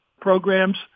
programs